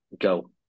go